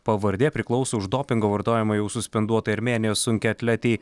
pavardė priklauso už dopingo vartojimą jau suspenduotai armėnijos sunkiaatletei